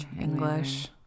English